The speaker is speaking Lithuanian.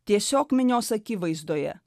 tiesiog minios akivaizdoje